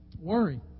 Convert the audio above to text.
Worry